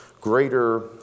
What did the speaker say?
greater